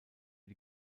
die